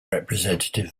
representative